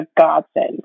godsend